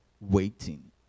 waiting